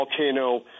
volcano